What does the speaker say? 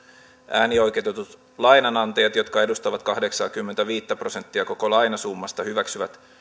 äänioikeutetut lainanantajat jotka edustavat kahdeksaakymmentäviittä prosenttia koko lainasummasta hyväksyvät